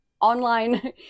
online